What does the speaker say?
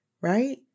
Right